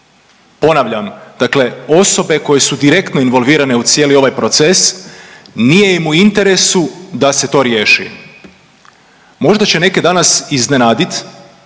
Ponavljam, dakle osobe koje su direktno involvirane u cijeli ovaj proces nije im u interesu da se to riješi. Možda će neke danas iznenadit